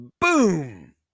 boom